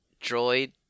droid